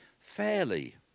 fairly